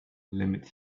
limit